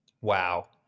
Wow